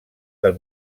del